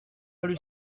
même